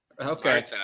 Okay